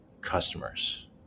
customers